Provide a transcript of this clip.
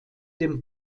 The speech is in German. dem